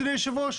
אדוני היושב-ראש,